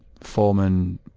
foreman